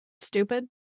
stupid